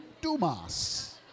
Dumas